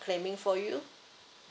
claiming for you